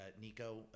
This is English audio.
Nico